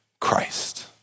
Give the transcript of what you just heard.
Christ